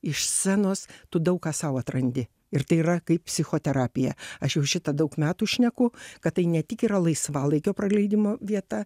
iš scenos tu daug ką sau atrandi ir tai yra kaip psichoterapija aš jau šitą daug metų šneku kad tai ne tik yra laisvalaikio praleidimo vieta